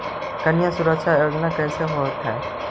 कन्या सुरक्षा योजना कैसे होतै?